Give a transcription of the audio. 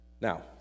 Now